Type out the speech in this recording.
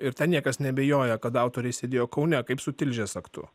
ir ten niekas neabejoja kad autoriai sėdėjo kaune kaip su tilžės aktu